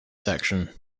section